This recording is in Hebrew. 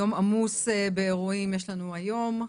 יום עמוס באירועים יש לנו היום,